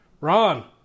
Ron